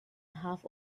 half